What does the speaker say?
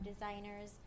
designers